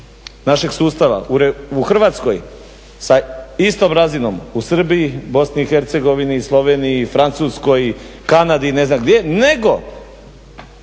našeg sustava u Hrvatskoj sa istom razinom u Srbiji, BiH, Sloveniji, Francuskoj, Kanadi i ne znam gdje nego